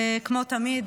וכמו תמיד,